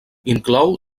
inclou